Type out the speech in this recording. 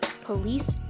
police